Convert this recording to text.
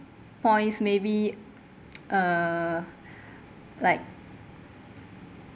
points maybe uh like